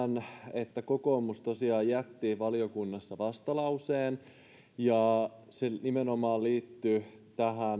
että kokoomus tosiaan jätti valiokunnassa vastalauseen ja se nimenomaan liittyi